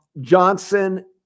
Johnson